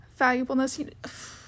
valuableness